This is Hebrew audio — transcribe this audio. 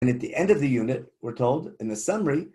And at the end of the unit, we're told, in the summary,